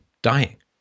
dying